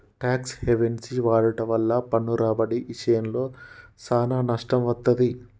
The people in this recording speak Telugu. టాక్స్ హెవెన్సి వాడుట వల్ల పన్ను రాబడి ఇశయంలో సానా నష్టం వత్తది